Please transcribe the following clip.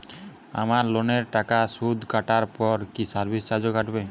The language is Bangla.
আমার লোনের টাকার সুদ কাটারপর কি সার্ভিস চার্জও কাটবে?